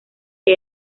que